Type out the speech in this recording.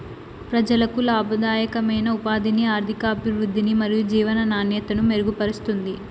ప్రజలకు లాభదాయకమైన ఉపాధిని, ఆర్థికాభివృద్ధిని మరియు జీవన నాణ్యతను మెరుగుపరుస్తుంది